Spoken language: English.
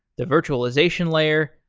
the virtualization layer,